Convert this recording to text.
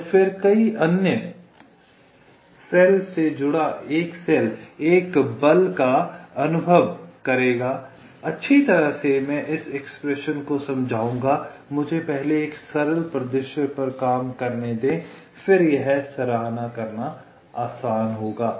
तो फिर कई अन्य सेल से जुड़ा एक सेल एक बल का अनुभव करेगा अच्छी तरह से मैं इस एक्सप्रेशन को समझाऊंगा मुझे पहले एक सरल परिदृश्य पर काम करने दें फिर यह सराहना करना आसान होगा